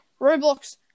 Roblox